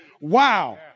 wow